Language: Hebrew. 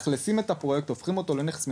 מאכלסים את הפרויקט והופכים אותו לנכס מניב.